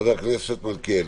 חבר הכנסת מלכיאלי.